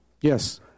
Yes